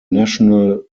national